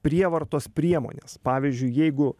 prievartos priemonės pavyzdžiui jeigu